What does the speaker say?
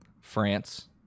France